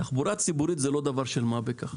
תחבורה ציבורית זה לא דבר של מה בכך.